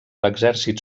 l’exèrcit